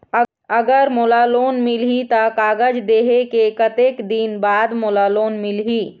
अगर मोला लोन मिलही त कागज देहे के कतेक दिन बाद मोला लोन मिलही?